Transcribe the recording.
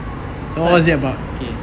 so okay